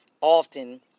often